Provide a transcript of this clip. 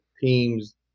teams